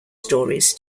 stories